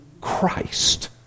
Christ